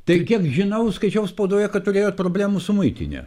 tai kiek žinau skaičiau spaudoje kad turėjot problemų su muitine